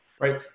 right